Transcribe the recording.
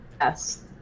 Yes